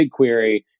BigQuery